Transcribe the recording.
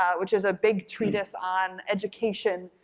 ah which is a big treatise on education,